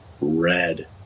red